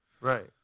Right